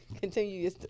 Continue